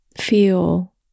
feel